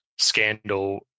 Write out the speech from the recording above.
scandal